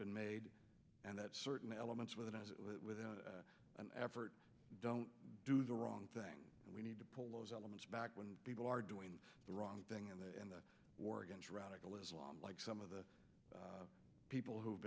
been made and that certain elements within it without an effort don't do the wrong thing we need to pull those elements back when people are doing the wrong thing and in the war against radical islam like some of the people who've